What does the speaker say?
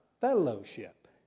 fellowship